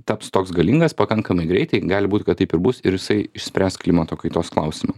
taps toks galingas pakankamai greitai gali būt kad taip ir bus ir jisai išspręs klimato kaitos klausimą